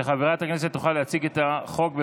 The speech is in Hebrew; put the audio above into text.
כדי שחברת הכנסת תוכל להציג את החוק.